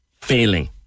Failing